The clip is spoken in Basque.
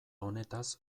honetaz